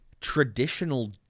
traditional